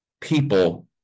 people